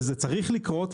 וזה צריך לקרות,